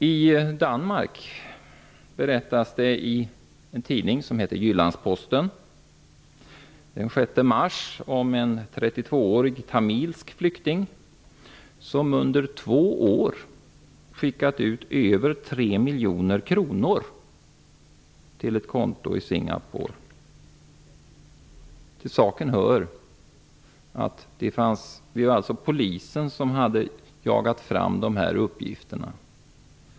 I Danmark berättades det i en tidning som heter Jyllandsposten den 6 mars om en 32-årig tamilsk flykting, som under två år skickat ut över 3 miljoner kronor till ett konto i Singapore. Till saken hör att det var polisen som hade jagat fram de här uppgifterna.